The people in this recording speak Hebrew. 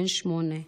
בן שמונה,